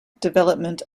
development